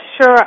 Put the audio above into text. sure